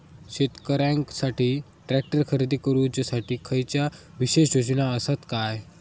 शेतकऱ्यांकसाठी ट्रॅक्टर खरेदी करुच्या साठी खयच्या विशेष योजना असात काय?